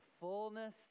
fullness